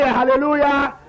Hallelujah